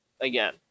again